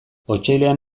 otsailean